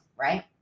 right